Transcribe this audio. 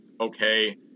okay